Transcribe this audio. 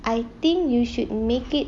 I think you should make it